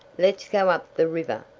let's go up the river,